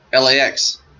LAX